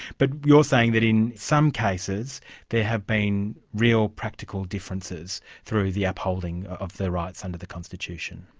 but you're saying that in some cases there have been real practical differences through the upholding of their rights under the constitution.